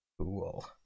Cool